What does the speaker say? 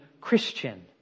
Christian